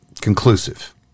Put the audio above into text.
conclusive